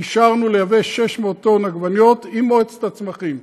אישרנו לייבא 600 טון עגבניות, עם מועצת הצמחים.